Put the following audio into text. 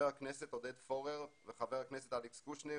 וחברי הכנסת עודד פורר ואלכס קושניר